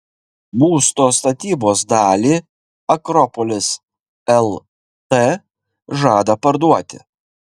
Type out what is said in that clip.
būsto statybos dalį akropolis lt žada parduoti